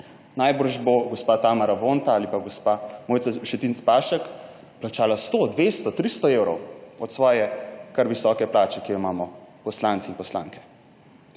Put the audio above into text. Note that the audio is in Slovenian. Najbrž bo gospa Tamara Vonta ali pa gospa Mojca Šetinc Pašek plačala 100, 200, 300 evrov od svoje kar visoke plače, ki jo imamo poslanke in poslanci.